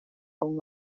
gång